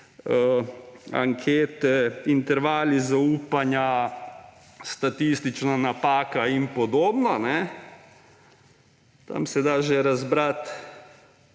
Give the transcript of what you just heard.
ankete, intervali zaupanja, statistična napaka in podobno. Tam se že da razbrati,